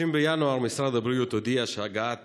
ב-30 בינואר משרד הבריאות הודיע שהגעת